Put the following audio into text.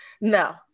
No